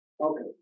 Okay